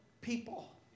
people